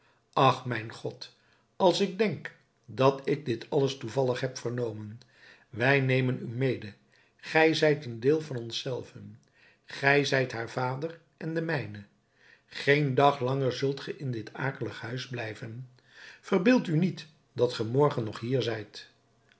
ach mijn god als ik denk dat ik dit alles toevallig heb vernomen wij nemen u mede gij zijt een deel van ons zelven gij zijt haar vader en de mijne geen dag langer zult ge in dit akelig huis blijven verbeeld u niet dat ge morgen nog hier zijt